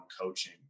coaching